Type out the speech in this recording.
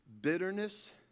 Bitterness